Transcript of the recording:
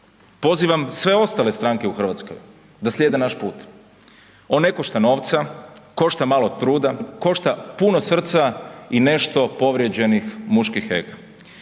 pozivam sve ostale stranke u RH da slijede naš put, on ne košta novca, košta malo truda, košta puno srca i nešto povrijeđenih muških ega.